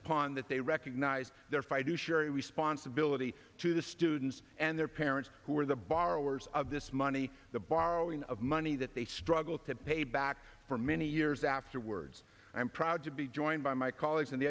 upon that they recognize their fight to share a responsibility to the students and their parents who are the borrowers of this money the borrowing of money that they struggle to pay back for many years afterwards i am proud to be joined by my colleagues